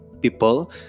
people